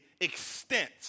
extent